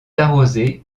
arrosée